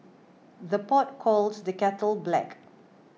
the pot calls the kettle black